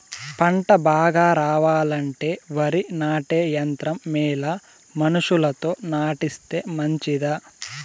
పంట బాగా రావాలంటే వరి నాటే యంత్రం మేలా మనుషులతో నాటిస్తే మంచిదా?